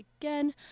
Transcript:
again